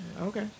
Okay